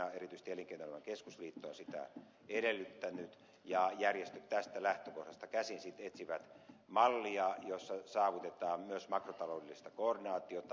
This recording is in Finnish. erityisesti elinkeinoelämän keskusliitto on sitä edellyttänyt ja järjestöt tästä lähtökohdasta käsin sitten etsivät mallia jossa saavutetaan myös makrotaloudellista koordinaatiota